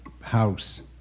house